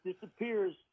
disappears